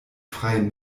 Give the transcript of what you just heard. freien